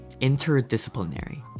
interdisciplinary